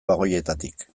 bagoietatik